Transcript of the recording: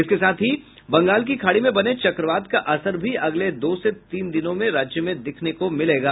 इसके साथ ही बंगला की खाड़ी में बने चक्रवात का असर भी अगले दो से तीन दिनों में राज्य में देखने को मिलेगा